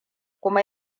kuma